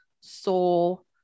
soul